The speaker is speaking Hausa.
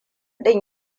ɗin